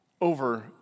over